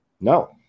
No